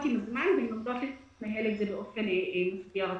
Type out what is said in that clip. עם הזמן ולומדות לנהל את זה היום באופן משביע רצון.